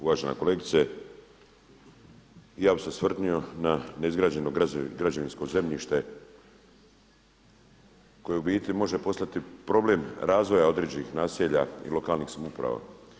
Uvažena kolegice, ja bih se osvrnuo na neizgrađeno građevinsko zemljište koje u biti može postati problem razvoja određenih naselja i lokalnih samouprava.